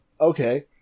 Okay